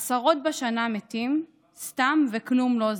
עשרות בשנה מתים סתם, וכלום לא זז.